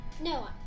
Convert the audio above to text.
No